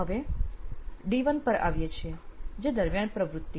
હવે D1 પર આવીએ જે છે દરમિયાન પ્રવૃત્તિ